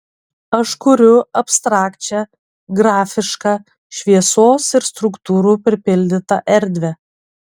aš kuriu abstrakčią grafišką šviesos ir struktūrų pripildytą erdvę